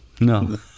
No